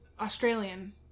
Australian